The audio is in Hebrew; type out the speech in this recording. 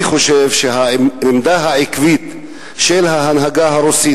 אני חושב שהעמדה העקבית של ההנהגה הרוסית,